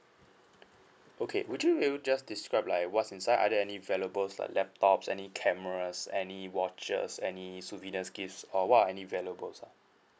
okay would you just describe like what's inside are there any valuable like laptops any cameras any watches any souvenirs gifts or what are any valuables lah